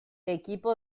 equipo